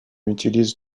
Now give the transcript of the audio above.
utilise